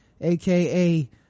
aka